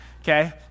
okay